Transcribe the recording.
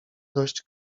dość